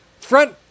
Front